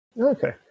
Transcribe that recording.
Okay